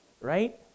right